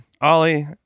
Ollie